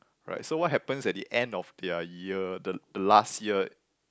right so what happens at the end of their year the the last year